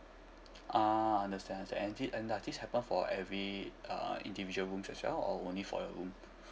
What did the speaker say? ah understand and it and does this happened for every uh individual rooms as well or only for your room